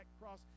cross